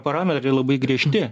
parametrai labai griežti